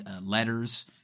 letters